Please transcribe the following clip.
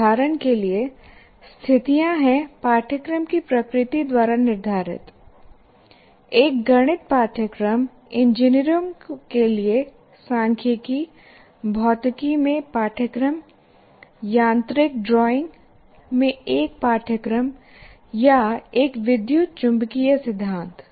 उदाहरण के लिए स्थितियां हैं पाठ्यक्रम की प्रकृति द्वारा निर्धारित एक गणित पाठ्यक्रम इंजीनियरों के लिए सांख्यिकी भौतिकी में पाठ्यक्रम यांत्रिक ड्राइंग' में एक पाठ्यक्रम या एक विद्युत चुम्बकीय सिद्धांत